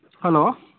hello